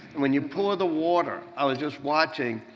when you pour the water i was just watching